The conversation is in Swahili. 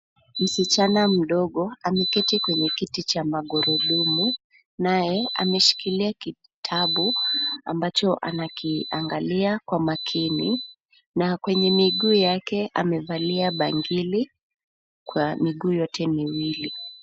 Msichana mdogo ameketi kwenye kiti cha magurudumu, naye ameshikilia kitabu ambacho anakiangalia kwa makini. Na kwenye miguu yake amevalia bangili kwa miguu yote miwili.